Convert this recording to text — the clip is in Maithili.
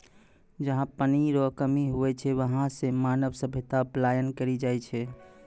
जहा पनी रो कमी हुवै छै वहां से मानव सभ्यता पलायन करी जाय छै